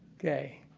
okay.